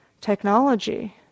technology